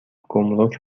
گمرگ